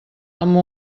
amb